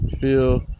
feel